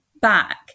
back